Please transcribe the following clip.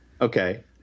Okay